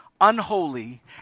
unholy